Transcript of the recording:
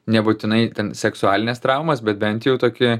nebūtinai ten seksualines traumas bet bent jau tokį